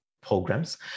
programs